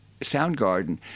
Soundgarden